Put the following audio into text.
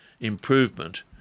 improvement